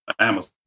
Amazon